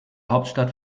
hauptstadt